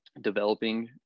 developing